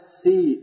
see